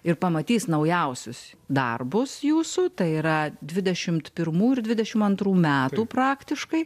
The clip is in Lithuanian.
ir pamatys naujausius darbus jūsų tai yra dvidešimt pirmų ir dvidešim antrų metų praktiškai